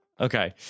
okay